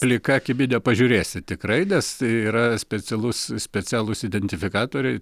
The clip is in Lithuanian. plika akimi nepažiūrėsi tikrai nes yra specialus specialūs identifikatoriai